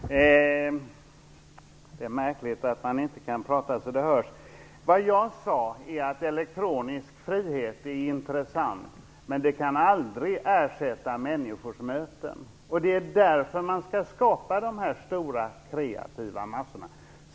Herr talman! Det är märkligt att man inte kan prata så att det hörs. Vad jag sade var att elektronisk frihet är intressant, men den kan aldrig ersätta människors möten. Det är därför man skall skapa dessa stora kreativa massor.